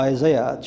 Isaiah